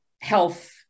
health